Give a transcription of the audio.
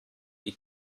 die